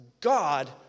God